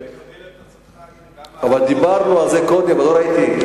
אני מקבל את עצתך, אבל דיברנו על זה, ולא ראיתי.